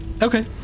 Okay